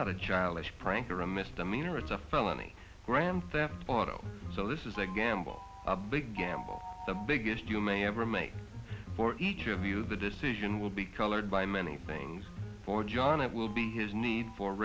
not a childish prank or a misdemeanor it's a felony grand theft auto so this is a gamble a big gamble the biggest you may ever make for each of you the decision will be colored by many things for john it will be his need for